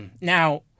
Now